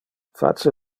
face